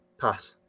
Pass